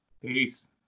Peace